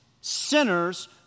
sinners